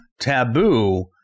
taboo